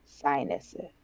sinuses